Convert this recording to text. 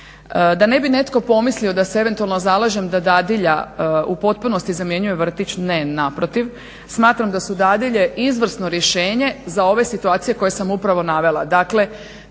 Da ne bi netko pomislio da se eventualno zalažem da dadilja u potpunosti zamjenjuje vrtić, ne naprotiv smatram da su dadilje izvrsno rješenje za ove situacije koje sam upravo navela,